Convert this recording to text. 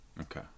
Okay